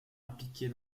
impliquée